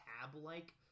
tab-like